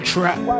Trap